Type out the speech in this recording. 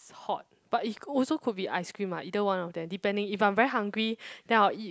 hot but it could also could be ice cream ah either one of them depending if I'm very hungry then I'll eat